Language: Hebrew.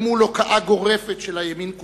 אל מול הוקעה גורפת של הימין כולו,